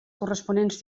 corresponents